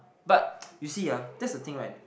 but you see ah that's the thing right